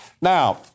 Now